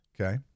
Okay